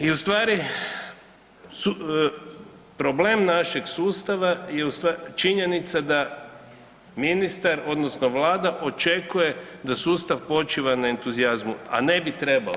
I ustvari problem našeg sustava je činjenica da ministar odnosno Vlada očekuje da sustav počiva na entuzijazmu, a ne bi trebao.